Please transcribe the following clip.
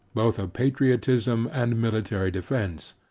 both of patriotism and military defence.